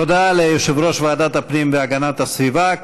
תודה ליושב-ראש ועדת הפנים והגנת הסביבה.